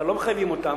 הרי לא מחייבים אותם,